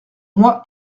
moi